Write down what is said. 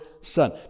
son